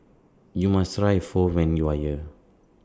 YOU must Try Pho when YOU Are here